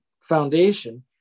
Foundation